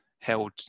held